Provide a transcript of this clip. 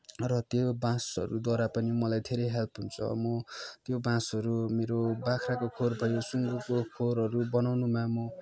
र त्यो बाँसहरूद्वारा पनि मलाई धेरै हेल्प हुन्छ म त्यो बाँसहरू मेरो बाख्राको खोर भयो सुँगुरको खोरहरू बनाउनुमा म